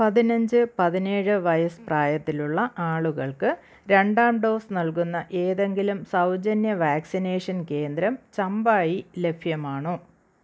പതിനഞ്ച് പതിനേഴ് വയസ്സ് പ്രായത്തിലുള്ള ആളുകൾക്ക് രണ്ടാം ഡോസ് നൽകുന്ന ഏതെങ്കിലും സൗജന്യ വാക്സിനേഷൻ കേന്ദ്രം ചമ്പായി ലഭ്യമാണോ